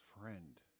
friend